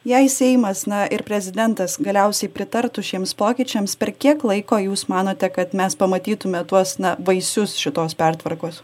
jei seimas na ir prezidentas galiausiai pritartų šiems pokyčiams per kiek laiko jūs manote kad mes pamatytume tuos na vaisius šitos pertvarkos